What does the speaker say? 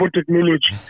technology